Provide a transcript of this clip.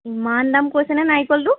ইমান দাম কৈছে নে নাৰিকলটো